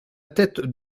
tête